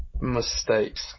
mistakes